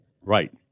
Right